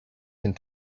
can